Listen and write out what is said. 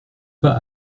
pas